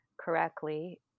correctly